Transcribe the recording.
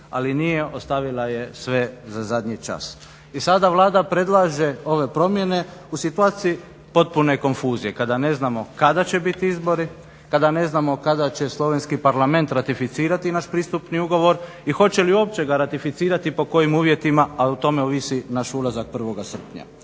ali nije, ostavila je sve za zadnji čas. I sada Vlada predlaže ove promjene u situaciji potpune konfuzije kada ne znamo kada će biti izbori, kada ne znamo kada će Slovenski parlament ratificirati naš pristupni ugovor i hoće li uopće ga ratificirati i po kojim uvjetima, a o tome ovisi naš ulazak 1. srpnja.